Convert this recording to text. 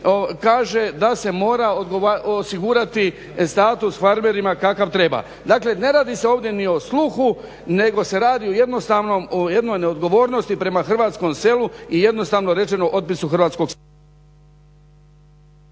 kaže da se mora osigurati status farmerima kakav treba. Dakle, ne radi se ovdje ni o sluhu, nego se radi o jednostavnom, o jednoj neodgovornosti prema hrvatskom selu i jednostavno rečeno otpisu hrvatskog sela.